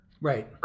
Right